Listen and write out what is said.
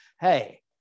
hey